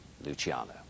Luciano